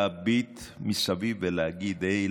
להביט מסביב ולהגיד: היי,